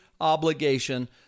obligation